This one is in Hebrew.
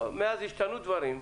מאז השתנו דברים.